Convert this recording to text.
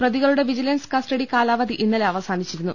പ്രതികളുടെ vigilance custody കാലാവധി ഇന്നലെ അവസാനി ച്ചിരുന്നു